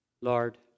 Lord